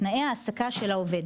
תנאי העסקה של העובד.